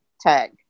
tag